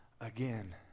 again